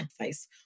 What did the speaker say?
advice